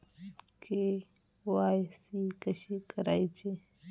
KYC कशी करायची?